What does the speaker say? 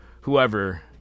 whoever